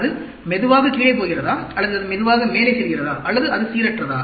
அது மெதுவாக கீழே போகிறதா அல்லது மெதுவாக மேலே செல்கிறதா அல்லது அது சீரற்றதா